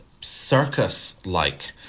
circus-like